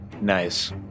Nice